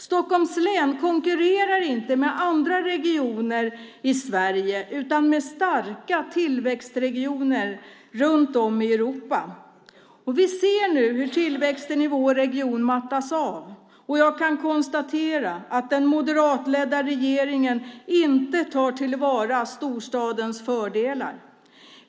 Stockholms län konkurrerar inte med andra regioner i Sverige utan med starka tillväxtregioner runt om i Europa. Vi ser nu hur tillväxten i vår region mattas av. Jag kan konstatera att den moderatledda regeringen inte tar till vara storstadens fördelar.